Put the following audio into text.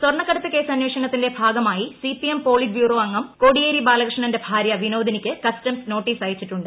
സ്വർണ്ണക്കടത്ത് കേസ് അന്വേഷണത്തിന്റെ ഭാഗമായി സിപിഎം പോളിറ്റ് ബ്യൂറോ അംഗം കോടിയേരി ബാലകൃഷ്ണന്റെ ഭാര്യ വിനോദിനിക്ക് കസ്റ്റംസ് നോട്ടീസ് അയച്ചിട്ടുണ്ട്